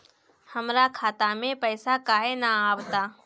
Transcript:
हमरा खाता में पइसा काहे ना आव ता?